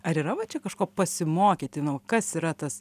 ar yra va čia kažko pasimokyti nu va kas yra tas